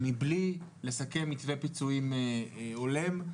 מבלי לסכם מתווה פיצויים הולם.